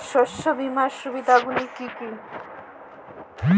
শস্য বিমার সুবিধাগুলি কি কি?